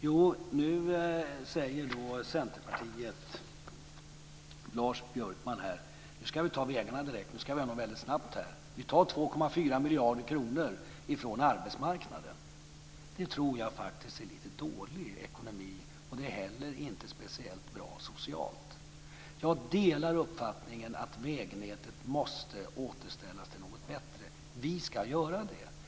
Jo, nu säger Lars Björkman från Centerpartiet att vi ska ta vägarna direkt och göra något väldigt snabbt. Vi tar 2,4 miljarder kronor från arbetsmarknaden. Det tror jag faktiskt är lite dålig ekonomi, och det är heller inte speciellt bra socialt. Jag delar uppfattningen att vägnätet måste återställas till något bättre. Vi ska göra det.